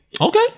Okay